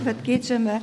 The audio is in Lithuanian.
bet keičiame